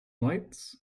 lights